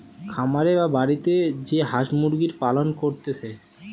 খামারে বা বাড়িতে যে হাঁস মুরগির পালন করতিছে